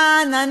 לא.